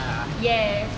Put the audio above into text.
yes